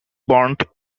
burned